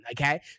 okay